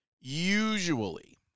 Usually